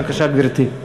בבקשה, גברתי.